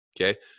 okay